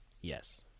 Yes